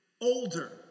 older